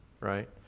right